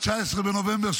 19 בנובמבר,